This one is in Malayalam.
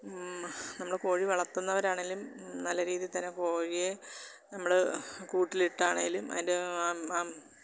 നമ്മൾ കോഴി വളര്ത്തുന്നവരാണെങ്കിലും നല്ല രീതിയിൽ തന്നെ കോഴിയെ നമ്മൾ കൂട്ടിലിട്ട് ആണെങ്കിലും അതിന്റെ